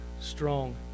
strong